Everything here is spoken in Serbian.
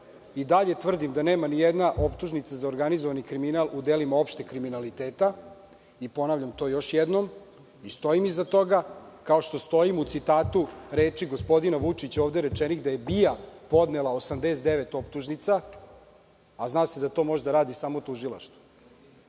I dalje tvrdim da nema nijedna optužnica za organizovani kriminal u delima opšteg kriminaliteta. Ponavljam to još jednom. Stojim iza toga, kao što stojim u citatu reči gospodina Vučića ovde rečenih – da je BIA podnela 89 optužnica, a zna se da to može da radi samo tužilaštvo. Prema